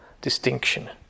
distinction